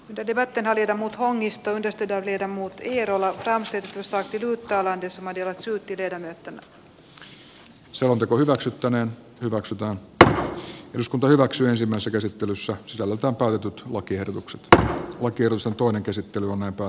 tytöt eivät enää tiedä mutta hongisto edes pidä vetää muut kierolalta on syytä eduskunta edellyttää että valtioneuvosto seuraa ampumaratalain toteutumista käytännössä ja reagoi mikäli ampumaharrastukselle ampumaurheilulle ja hiihdolle reserviläisammunnoille tai metsästykselle tulee kohtuutonta haittaa ampumaratalain täytäntöönpanosta